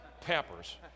pampers